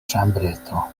ĉambreto